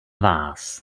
vás